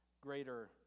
greater